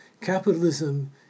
Capitalism